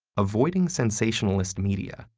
avoiding sensationalist media,